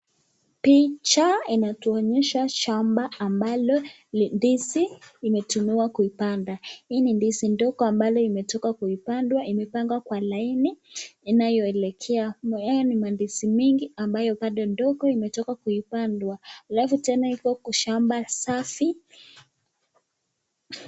Picha inatuonyesha shamba ambalo ndizi imetumiwa kuipanda. Hii ni ndizi ndogo ambayo imetoka kupandwa imepangwa kwa laini inayoelekea. Hayo ni mandizi mingi ambayo bado ndogo imetoka kuipandwa alafu tena iko kwa shamba safi.